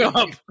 up